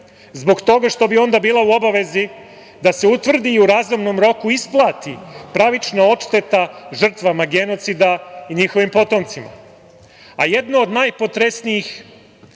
zbog toga što bi onda bila u obavezi da se utvrdi u razumnom roku isplati pravična odšteta žrtvama genocida i njihovim potomcima. Jedno od najpotresnijih